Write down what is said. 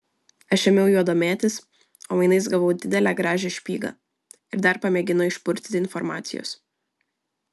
aš ėmiau juo domėtis o mainais gavau didelę gražią špygą ir dar pamėgino išpurtyti informacijos